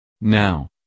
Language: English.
now